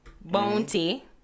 bounty